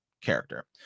character